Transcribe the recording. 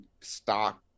stock